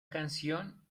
canción